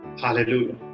hallelujah